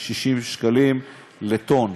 160 שקלים לטון,